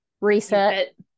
reset